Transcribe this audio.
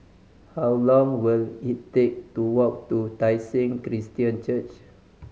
how long will it take to walk to Tai Seng Christian Church